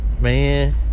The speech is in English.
man